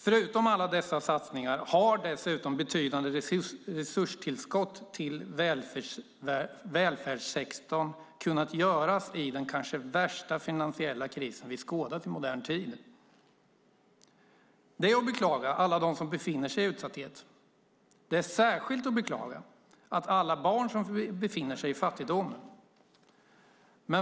Förutom alla dessa satsningar har betydande resurstillskott till välfärdssektorn kunnat göras i den kanske värsta finansiella kris vi har skådat i modern tid. Alla de som befinner sig i utsatthet är att beklaga. Alla barn som befinner sig i fattigdom är särskilt att beklaga.